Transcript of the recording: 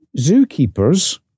zookeepers